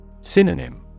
Synonym